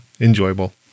enjoyable